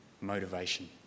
motivation